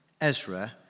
Ezra